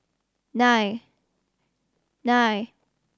nine nine